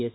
S